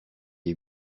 est